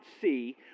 see